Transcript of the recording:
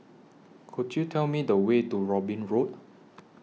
Could YOU Tell Me The Way to Robin Road